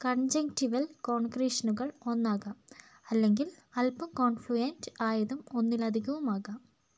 conjunctival കോൺക്രീഷനുകൾ ഒന്നാകാം അല്ലെങ്കിൽ അല്പം കോൺഫ്ലൂയെൻ്റ് ആയതും ഒന്നിലധികവുമാകാം